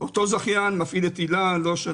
אותו זכיין מפעיל את הילה.